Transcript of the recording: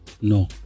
no